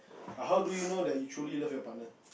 err how do you know that you truly love your partner